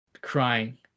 crying